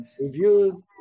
reviews